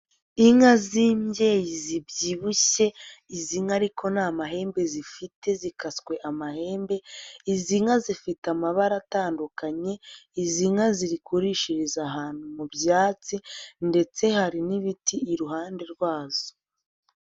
Inka z'imbyeyi zibyibushye izi nka ariko nta mahembe zifite zikaswe amahembe, izi nka zifite amabara atandukanye, izi nka ziri kurishiriza ahantu mu byatsi ndetse hari n'ibiti iruhande rwazo.